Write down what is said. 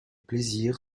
plaisir